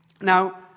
Now